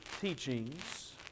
teachings